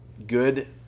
good